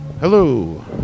Hello